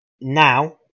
now